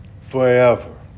forever